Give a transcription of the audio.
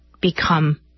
become